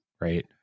right